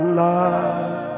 love